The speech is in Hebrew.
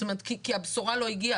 זאת אומרת כי הבשורה המרה לא הגיעה,